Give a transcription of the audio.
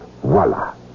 voila